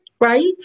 right